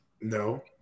No